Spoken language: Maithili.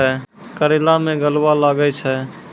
करेला मैं गलवा लागे छ?